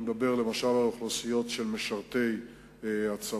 אני מדבר למשל על אוכלוסיות של משרתים בצבא,